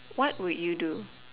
what would you do